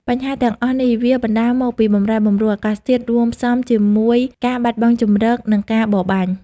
បញ្ហាទាំងអស់នេះ វាបណ្ដាលមកពីបម្រែបម្រួលអាកាសធាតុ រួមផ្សំជាមួយការបាត់បង់ជម្រក និងការបរបាញ់។